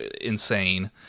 insane